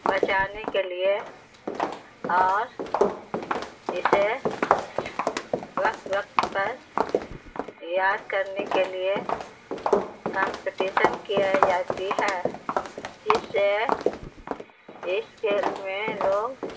بچانے کے لیے اور اسے وقت وقت پر یاد کرنے کے لیے کمپٹیشن کیا جاتی ہے جس سے اس کھیل میں لوگ